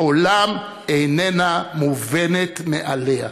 לעולם היא איננה מובנת מאליה.